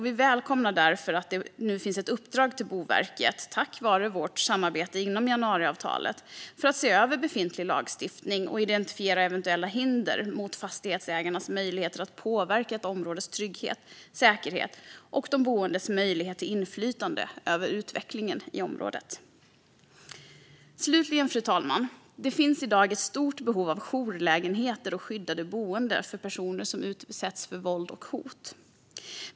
Vi välkomnar därför att Boverket, tack vare vårt samarbete inom januariavtalet, fått i uppdrag att se över befintlig lagstiftning och identifiera eventuella hinder mot fastighetsägares möjligheter att påverka ett områdes trygghet och säkerhet samt de boendes möjligheter till inflytande över utvecklingen i området. Fru talman! Slutligen: Det finns i dag ett stort behov av jourlägenheter och skyddade boenden för personer som utsätts för våld och hot.